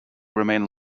remain